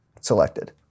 selected